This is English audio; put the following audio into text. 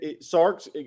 Sark's